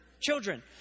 children